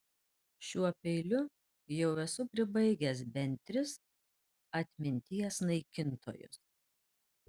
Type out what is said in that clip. šiuo peiliu jau esu pribaigęs bent tris atminties naikintojus